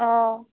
অঁ